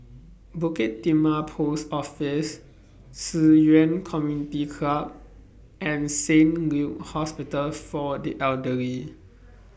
Bukit Timah Post Office Ci Yuan Community Club and Saint Hospital For The Elderly